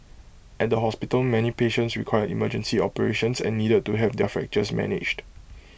at the hospital many patients required emergency operations and needed to have their fractures managed